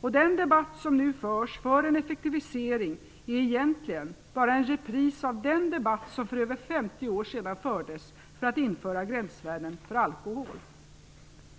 Den debatt som nu förs för en effektivisering är egentligen bara en repris av den debatt som för över 50 år sedan fördes för att införa gränsvärden för alkohol.